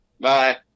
Bye